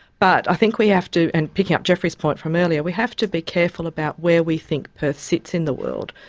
but i think we have to and picking up geoffrey's point from earlier we have to be careful about where we think perth sits in the world,